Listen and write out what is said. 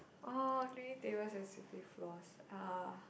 orh cleaning tables and sweeping floors uh